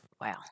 Wow